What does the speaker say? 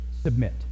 submit